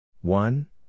One